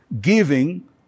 giving